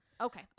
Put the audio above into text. Okay